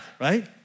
Right